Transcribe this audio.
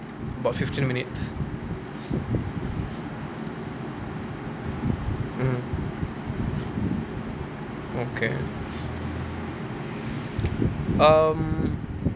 about fifteen minutes mm okay um